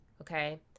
okay